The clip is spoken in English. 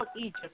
Egypt